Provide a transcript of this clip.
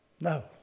No